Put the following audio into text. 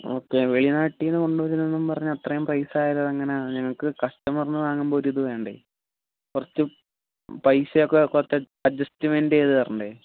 okay വെളിനാട്ടിന്ന് കൊണ്ടുവരുന്നെന്നും പറഞ്ഞു അത്രയും പൈസ എങ്ങനാണ് ഞങ്ങൾക്ക് കസ്റ്റമറിനു വാങ്ങുമ്പം ഒരിതു വേണ്ടേ കുറച്ചു പൈസ ഒക്കെ കുറച്ചു അഡ്ജസ്റ്റ്മെൻറ്റ് ചെയ്തു തരണ്ടേ